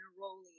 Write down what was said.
neroli